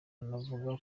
banavuga